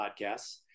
podcasts